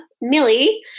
Millie